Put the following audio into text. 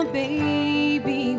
baby